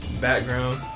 background